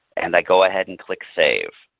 and i go ahead and click save.